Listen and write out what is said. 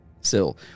sill